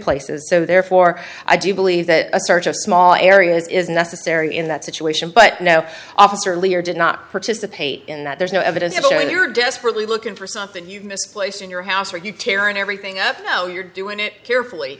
places so therefore i do believe that a search of small areas is necessary in that situation but no officer leer did not participate in that there's no evidence of it when they were desperately looking for something you've misplaced in your house or you tearing everything up now you're doing it carefully